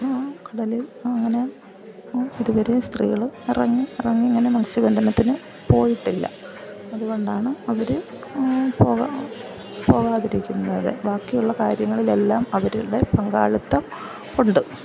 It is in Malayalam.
കടലിൽ അങ്ങനെ ഇതുവരെയും സ്ത്രീകള് ഇറങ്ങി ഇറങ്ങി ഇങ്ങനെ മൽസ്യബന്ധനത്തിന് പോയിട്ടില്ല അതുകൊണ്ടാണ് അവര് പോവാ പോകാതിരിക്കുന്നത് ബാക്കിയുള്ള കാര്യങ്ങളിലെല്ലാം അവരുടെ പങ്കാളിത്തം ഉണ്ട്